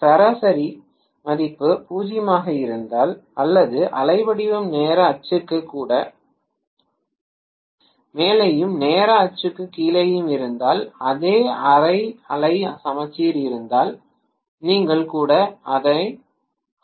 சராசரி மதிப்பு 0 ஆக இருந்தால் அல்லது அலைவடிவம் நேர அச்சுக்கு மேலேயும் நேர அச்சுக்கு கீழேயும் இருந்தால் அதே அரை அலை சமச்சீர் இருந்தால் நீங்கள் கூட அனைத்து